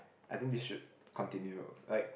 I think they should continue like